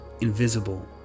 invisible